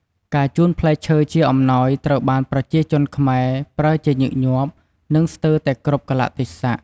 ការជូនផ្លែឈើជាអំណោយត្រូវបានប្រជាជនខ្មែរ ប្រើជាញឹកញាប់ និងស្ទើរតែគ្រប់កាលៈទេសៈ។